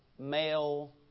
male